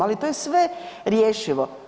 Ali to je sve rješivo.